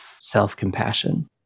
self-compassion